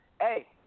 Hey